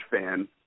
fan